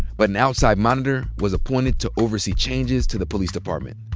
but an outside monitor was appointed to oversee changes to the police department.